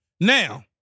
Now